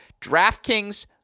DraftKings